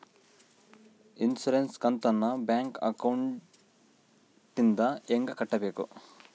Insurance ಕಂತನ್ನ bank ಅಕೌಂಟಿಂದ ಹೆಂಗ ಕಟ್ಟಬೇಕು?